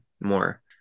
more